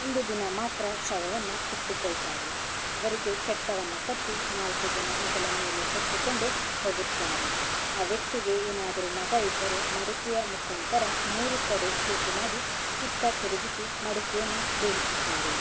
ಒಂದು ದಿನ ಮಾತ್ರ ಶವವನ್ನು ಇಟ್ಟುಕೊಳ್ತಾರೆ ಅವರಿಗೆ ಚಟ್ಟವನ್ನು ಕಟ್ಟಿ ನಾಲ್ಕು ಜನ ಹೆಗಲ ಮೇಲೆ ಹೊತ್ತುಕೊಂಡು ಹೋಗುತ್ತಾರೆ ಆ ವ್ಯಕ್ತಿಗೆ ಏನಾದರೂ ಮಗ ಇದ್ದರೆ ಮಡಿಕೆಯ ಮುಖಾಂತರ ಮೂರು ಕಡೆ ತೂತು ಮಾಡಿ ಸುತ್ತ ತಿರುಗಿಸಿ ಮಡಿಕೆಯನ್ನಿ ಬೀಳಿಸುತ್ತಾರೆ